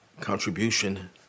contribution